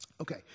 Okay